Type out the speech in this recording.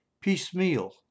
piecemeal